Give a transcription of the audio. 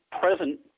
present